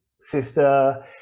sister